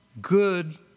good